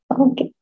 Okay